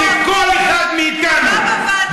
כל אחד מאיתנו, גם לא בוועדות.